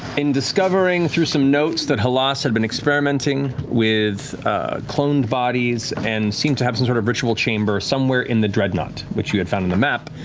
in discovering through some notes that halas had been experimenting with cloned bodies and seemed to have some sort of ritual chamber somewhere in the dreadnought, which you had found on the map,